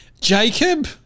Jacob